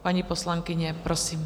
Paní poslankyně, prosím.